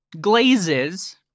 glazes